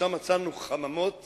שם מצאנו חממות